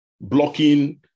blocking